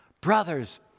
Brothers